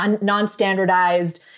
non-standardized